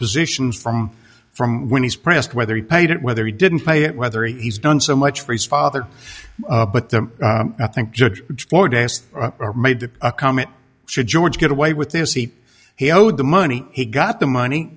positions from from when he's pressed whether he paid it whether he didn't pay it whether he's done so much for his father but the i think judge made a comment should george get away with this he he owed the money he got the money